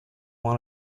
want